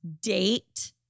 date